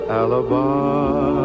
alibi